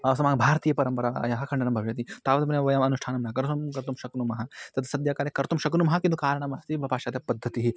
अस्माकं भारतीय परम्परायाः खण्डनं भवति तावत् वयम् अनुष्ठानं न कर्तुं कर्तुं शक्नुमः तद् सद्यः कार्यं कर्तुं शक्नुमः किन्तु कारणमस्ति ब पाश्चद् पद्धतिः